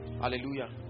Hallelujah